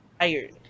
tired